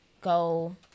go –